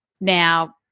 Now